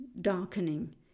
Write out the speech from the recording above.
darkening